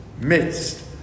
Midst